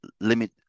limit